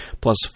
plus